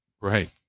Right